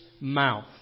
mouth